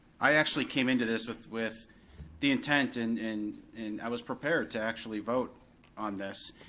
i actually came into this with with the intent, and and and i was prepared to actually vote on this.